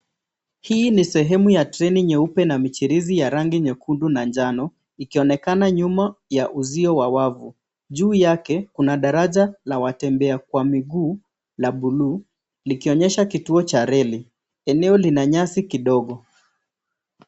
Hii ni sehemu ya treni nyeupe na michirizi ya rangi nyekundu na njano, ikionekana nyuma ya uzio wa wavu juu yake kuna daraja watembea kwa miguu la buluu likionyesha kituo cha reli eneo lina nyasi kidogo.